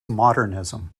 modernism